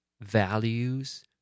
values